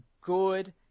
good